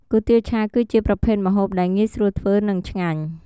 គុយទាវឆា គឺជាប្រភេទម្ហូបដែលងាយស្រួលធ្វើ និងឆ្ងាញ់។